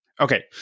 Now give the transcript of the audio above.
okay